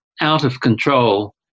out-of-control